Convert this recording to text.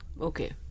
Okay